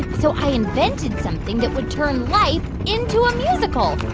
so i invented something that would turn life into a musical,